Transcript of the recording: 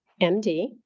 MD